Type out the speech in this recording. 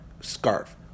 scarf